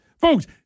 Folks